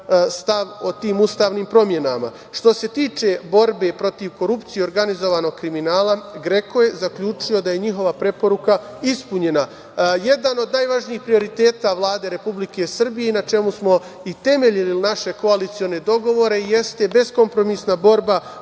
stav o tim ustavnim promenama. Što se tiče borbe protiv korupcije i organizovanog kriminala, GREKO je zaključio da je njihova preporuka ispunjena. Jedan od najvažnijih prioriteta Vlade Republike Srbije, na čemu smo i temeljili naše koalicione dogovore, jeste beskompromisna borba